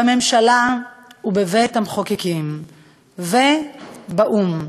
בממשלה ובבית-המחוקקים ובאו"ם.